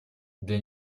для